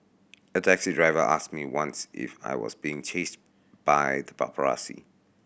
a taxi driver asked me once if I was being chased by the paparazzi